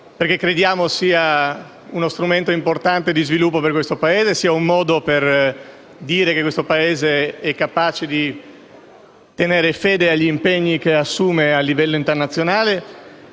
perché crediamo sia uno strumento importante per lo sviluppo di questo Paese e sia anche un modo per dimostrare che l'Italia è capace di tenere fede agli impegni che assume a livello internazionale.